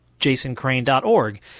JasonCrane.org